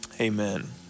amen